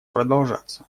продолжаться